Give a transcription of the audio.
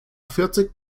vierzig